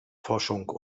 forschung